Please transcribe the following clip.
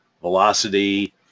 velocity